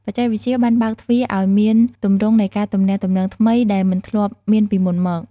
បច្ចេកវិទ្យាបានបើកទ្វារឲ្យមានទម្រង់នៃការទំនាក់ទំនងថ្មីដែលមិនធ្លាប់មានពីមុនមក។